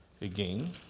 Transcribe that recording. again